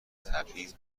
تبعیض